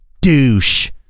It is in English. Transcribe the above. douche